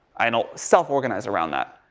i know self-organize around that.